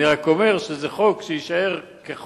אני רק אומר שזה חוק שיישאר כחוק,